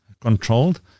controlled